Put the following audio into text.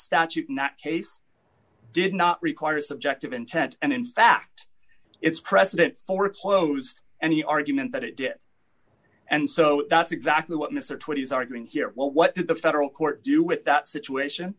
statute in that case did not require subjective intent and in fact it's precedent for clothes and the argument that it and so that's exactly what mr twitty is arguing here well what did the federal court do with that situation